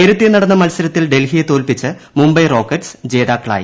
നേരത്തെ നടന്ന മത്സരത്തിൽ ഡൽഹിയെ തോൽപ്പിച്ച് മുംബൈ റോക്കറ്റ്സ് ജേതാക്കളായി